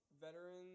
veterans